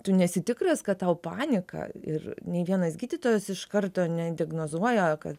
tu nesi tikras kad tau panika ir nei vienas gydytojas iš karto nediagnozuoja kad